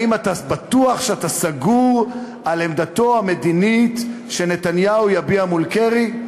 האם אתה בטוח שאתה סגור על העמדה המדינית שנתניהו יביע מול קרי?